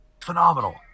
Phenomenal